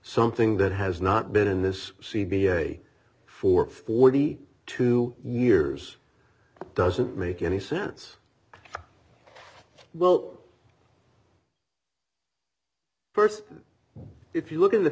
something that has not been in this c b a for forty two years doesn't make any sense well st if you look at the